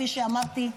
כפי שאמרתי,